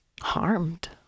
harmed